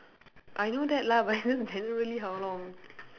I know that lah but then generally how long